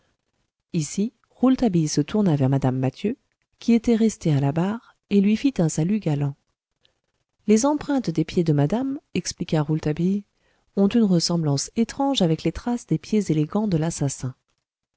ici rouletabille se tourna vers mme mathieu qui était restée à la barre et lui fit un salut galant les empreintes des pieds de madame expliqua rouletabille ont une ressemblance étrange avec les traces des pieds élégants de l'assassin